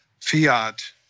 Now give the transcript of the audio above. fiat